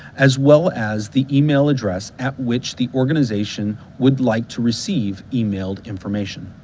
as well as the email addresses at which the organizations would like to receive emailed information.